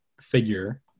figure